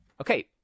Okay